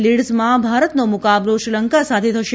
લીડઝમાં ભારતનો મુકાબલો શ્રીલંકા સાથે થશે